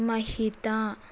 Mahitha